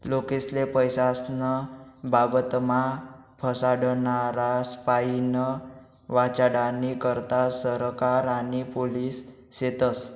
लोकेस्ले पैसास्नं बाबतमा फसाडनारास्पाईन वाचाडानी करता सरकार आणि पोलिस शेतस